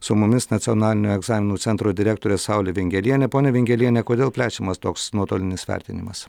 su mumis nacionalinio egzaminų centro direktorė saulė vingelienė ponia vingeliene kodėl plečiamas toks nuotolinis vertinimas